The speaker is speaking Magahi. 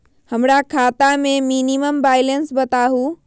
हमरा खाता में मिनिमम बैलेंस बताहु?